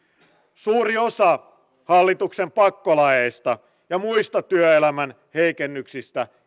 suuri osa hallituksen pakkolaeista ja muista työelämän heikennyksistä